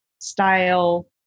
style